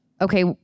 Okay